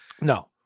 No